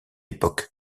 époque